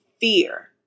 fear